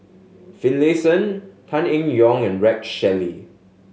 Finlayson Tan Eng Yoon and Rex Shelley